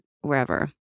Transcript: wherever